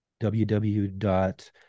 Www